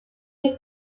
lie